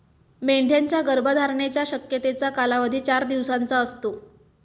मेंढ्यांच्या गर्भधारणेच्या शक्यतेचा कालावधी चार दिवसांचा असतो